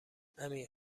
امین